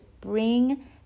bring